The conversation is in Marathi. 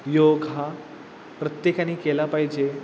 योग हा प्रत्येकाने केला पाहिजे